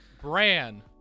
Bran